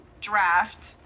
draft